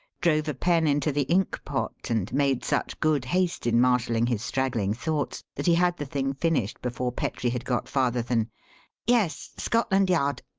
drove a pen into the ink pot, and made such good haste in marshalling his straggling thoughts that he had the thing finished before petrie had got farther than yes scotland yard.